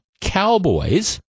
cowboys